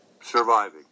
surviving